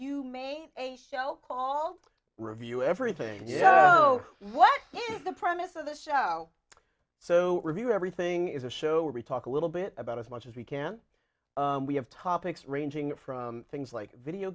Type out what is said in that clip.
you made a show called review everything so what is the premise of the show so review everything is a show where we talk a little bit about as much as we can we have topics ranging from things like video